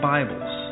Bibles